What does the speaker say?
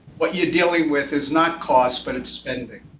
what you're dealing with is not cost, but it's spending.